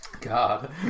God